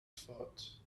foot